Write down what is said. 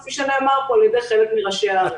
כפי שנאמר פה על ידי חלק מראשי הערים.